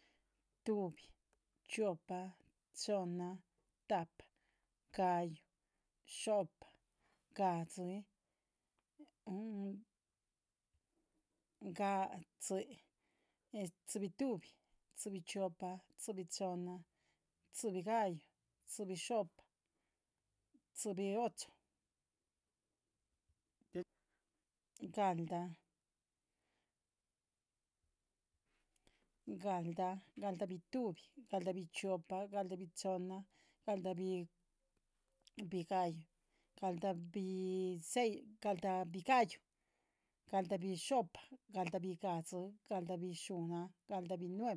. Tuhbi. chiopa. chohnna, tahpa. ga´yu xo’pa. gahdxi. xuhnnaa. ga’a. tzi tzibituhbi. tzibichiopa. tzibichohnna. tztzibitahpa, dxiñuhu, dxiñuhubituhbi dxiñuubichiopa, dxiñu'uchonna, dxiñu'utahpa, galdaha. Galdaha bituhbi galdahabichiopa. galdahabichona, galdahabitahpa, galdahabigahyu, galdaha bixo’pa, galda’abigahdxi. galda’abixuhnnaa. galda’a biga’a.